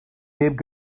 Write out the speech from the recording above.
heb